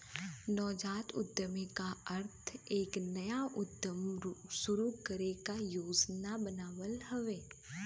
नवजात उद्यमी क अर्थ एक नया उद्यम शुरू करे क योजना बनावल हउवे